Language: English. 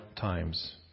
times